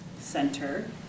Center